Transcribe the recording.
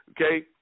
Okay